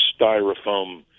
styrofoam